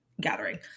gathering